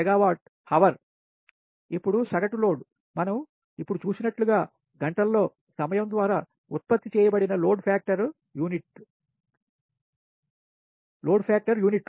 8 megawats hourఇప్పుడు సగటు load మనం ఇప్పుడు చూసినట్లుగా గంటల్లో సమయం ద్వారా ఉత్పత్తి చేయబడిన లోడ్ ఫాక్టర్ యూనిట్లు